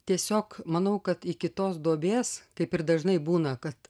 tiesiog manau kad iki tos duobės kaip ir dažnai būna kad